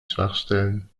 schwachstellen